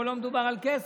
פה לא מדובר על כסף,